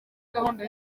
gahunda